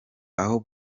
aho